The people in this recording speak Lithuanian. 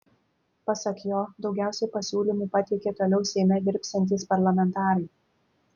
pasak jo daugiausiai pasiūlymų pateikė toliau seime dirbsiantys parlamentarai